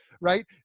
right